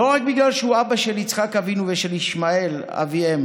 לא רק בגלל שהוא אבא של יצחק אבינו ושל ישמעאל אביהם,